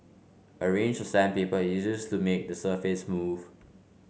a range of sandpaper is used to make the surface smooth